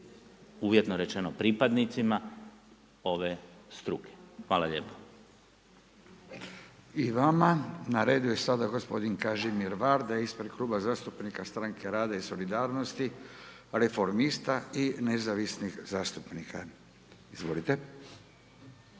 uvjetno rečeno pripadnicima ove struke. Hvala lijepo. **Radin, Furio (Nezavisni)** I vama, na redu je sada gospodin Kažimir Varda ispred Kluba zastupnika stranke rada i solidarnosti, reformista i nezavisnih zastupnika. **Varda,